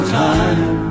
time